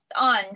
on